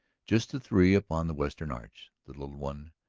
just the three upon the western arch, the little one,